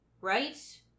right